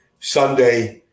Sunday